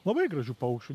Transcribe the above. labai gražių paukščių